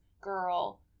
girl